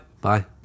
Bye